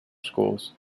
schools